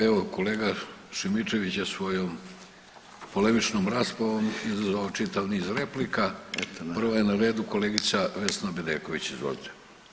Evo kolega Šimičević je svojom polemičnom raspravom izazvao čitav niz polemika, prva je na redu kolegica Vesna Bedeković, izvolite.